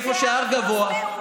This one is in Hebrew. איפה שה-R גבוה,